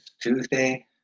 Tuesday